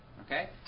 Okay